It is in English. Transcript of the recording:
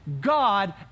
God